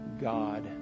God